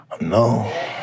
No